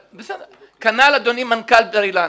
בסדר, כנ"ל אדוני, מנכ"ל בר אילן.